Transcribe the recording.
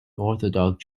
orthodox